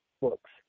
books